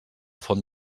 font